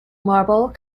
marble